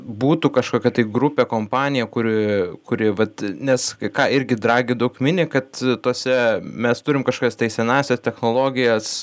būtų kažkokia tai grupė kompanija kuri kuri vat nes ką irgi dragi daug mini kad tose mes turim kažkokias tai senąsias technologijas